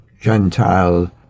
Gentile